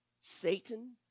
Satan